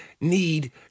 need